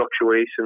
fluctuations